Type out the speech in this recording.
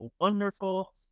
wonderful